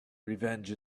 revenge